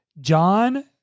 John